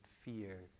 fear